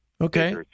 Okay